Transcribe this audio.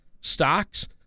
stocks